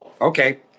okay